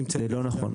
זה לא נכון.